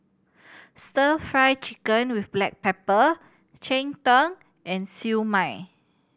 Stir Fry Chicken with black pepper cheng tng and Siew Mai